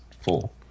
full